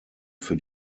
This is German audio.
für